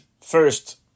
first